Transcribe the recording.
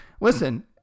listen